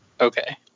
Okay